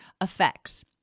effects